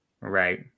Right